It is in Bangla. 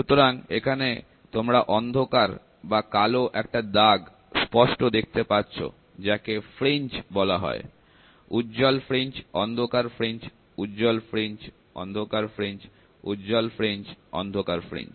সুতরাং এখানে তোমরা অন্ধকার বা কালো একটা দাগ স্পষ্ট দেখতে পাচ্ছ যাকে ফ্রিঞ্জ বলা হয় উজ্জল ফ্রিঞ্জ অন্ধকার ফ্রিঞ্জ উজ্জল ফ্রিঞ্জ অন্ধকার ফ্রিঞ্জ উজ্জল ফ্রিঞ্জ অন্ধকার ফ্রিঞ্জ